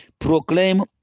proclaim